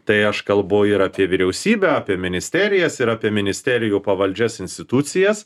tai aš kalbu ir apie vyriausybę apie ministerijas ir apie ministerijų pavaldžias institucijas